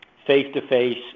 face-to-face